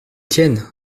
tienne